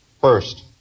First